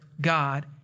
God